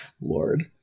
Lord